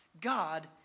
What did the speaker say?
God